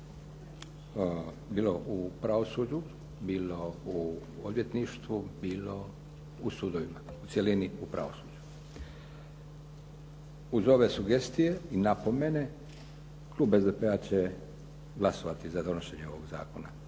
bilo u pravosuđu, bilo u odvjetništvu, bilo u sudovima, u cjelini u pravosuđu. Uz ove sugestije i napomene klub SDP-a će glasovati za donošenje ovog zakona.